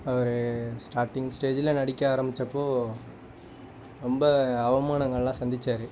அவரு ஸ்டார்டிங் ஸ்டேஜில் நடிக்க ஆரம்பிச்சப்போது ரொம்ப அவமானங்கள்லாம் சந்தித்தாரு